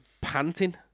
panting